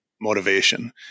motivation